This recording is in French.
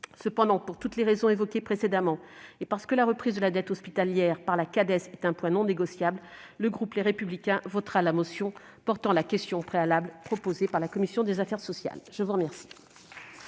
Cependant, pour toutes les raisons évoquées précédemment, et parce que la reprise de la dette hospitalière par la Cades est un point non négociable, le groupe Les Républicains votera la motion tendant à opposer la question préalable proposée par la commission des affaires sociales. La parole